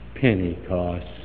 Pentecost